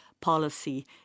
policy